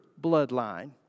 bloodline